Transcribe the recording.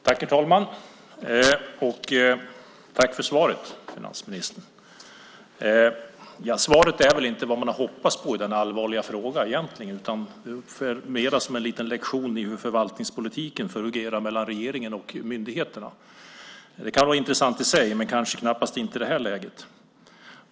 Herr talman! Tack för svaret, finansministern! Svaret är väl inte vad man hade hoppats på i denna allvarliga fråga egentligen, utan det är mer en liten lektion i hur förvaltningspolitiken fungerar mellan regeringen och myndigheterna. Det kan väl vara intressant i sig, men knappast i det här läget.